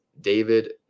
David